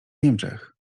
niemczech